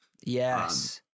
Yes